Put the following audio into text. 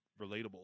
relatable